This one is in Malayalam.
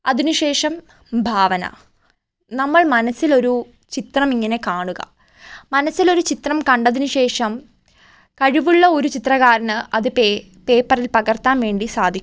അതിനുശേഷം ഭാവന നമ്മൾ മനസ്സിലൊരു ചിത്രമിങ്ങനെ കാണുക മനസ്സിലൊരു ചിത്രം കണ്ടതിനു ശേഷം കഴിവുള്ള ഒരു ചിത്രകാരന് അത് പേ പേപ്പറിൽ പകർത്താൻ വേണ്ടി സാധിക്കും